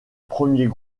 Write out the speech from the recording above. premiers